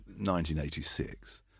1986